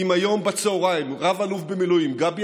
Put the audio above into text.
אם היום בצוהריים רב-אלוף במילואים גבי